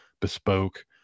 bespoke